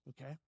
okay